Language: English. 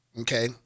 Okay